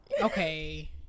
Okay